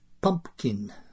pumpkin